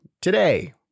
today